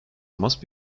must